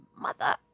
mother